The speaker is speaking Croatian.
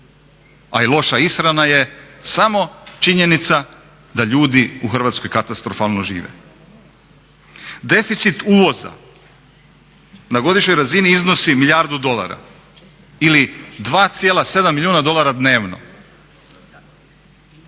a i loša ishrana je samo činjenica da ljudi u Hrvatskoj katastrofalno žive. Deficit uvoza na godišnjoj razini iznosi milijardu dolara ili 2,7 milijuna dolara dnevno.